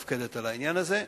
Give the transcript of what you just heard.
היא המופקדת על העניין הזה,